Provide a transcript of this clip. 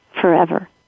forever